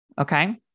okay